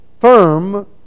firm